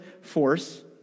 force